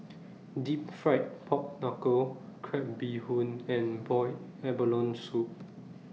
Deep Fried Pork Knuckle Crab Bee Hoon and boiled abalone Soup